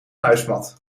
muismat